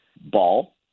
ball